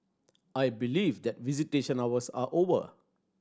I believe that visitation hours are over